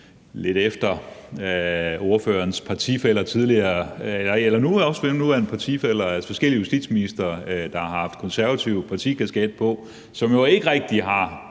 lidt efter ordførerens tidligere og nuværende partifæller og forskellige justitsministre, der har haft konservativ partikasket på, og som jo ikke rigtig har